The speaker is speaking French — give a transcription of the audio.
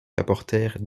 apportèrent